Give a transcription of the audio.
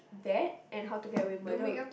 that and How to Get Away with Murder would